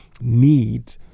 need